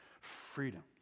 freedom